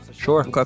Sure